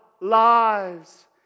lives